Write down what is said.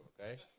okay